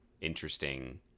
interesting